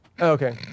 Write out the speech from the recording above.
okay